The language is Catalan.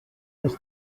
les